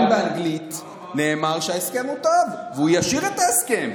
בריאיון באנגלית הוא אמר שההסכם הוא טוב והוא ישאיר את ההסכם.